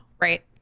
right